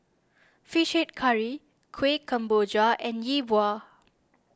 Fish Head Curry Kuih Kemboja and Yi Bua